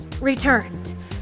returned